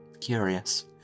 Curious